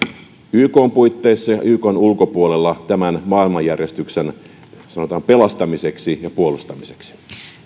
ykn puitteissa ja ykn ulkopuolella tämän maailmanjärjestyksen sanotaan pelastamiseksi ja puolustamiseksi